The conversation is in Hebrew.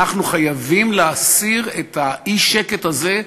אנחנו חייבים להסיר את האי-שקט הזה.